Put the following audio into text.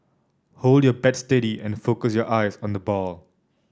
hold your bat steady and focus your eyes on the ball